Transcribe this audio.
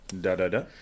Da-da-da